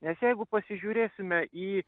nes jeigu pasižiūrėsime į